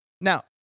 Now